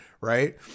right